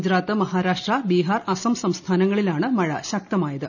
ഗുജറാത്ത് മഹാരാഷ്ട്ര ബ്ലിഹാർ അസം സംസ്ഥാനങ്ങളിലാണ് മഴ ശക്തമായത്